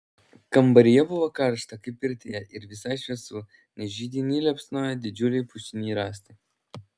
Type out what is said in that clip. kambaryje buvo karšta kaip pirtyje ir visai šviesu nes židiny liepsnojo didžiuliai pušiniai rąstai